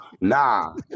nah